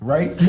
Right